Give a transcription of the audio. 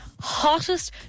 hottest